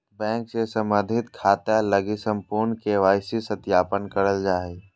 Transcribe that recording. bank से संबंधित खाते लगी संपूर्ण के.वाई.सी सत्यापन करल जा हइ